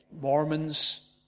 Mormons